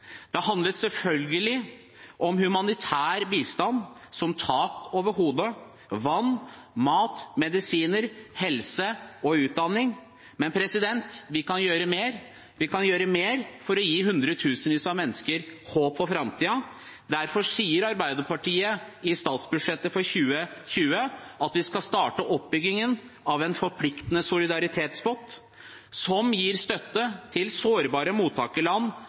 Det handler selvfølgelig om humanitær bistand, som tak over hodet, vann, mat, medisiner, helse og utdanning, men vi kan gjøre mer for å gi hundretusenvis av mennesker håp for framtiden. Derfor sier Arbeiderpartiet i sitt alternative statsbudsjett for 2020 at vi skal starte oppbyggingen av en forpliktende solidaritetspott som gir støtte til sårbare mottakerland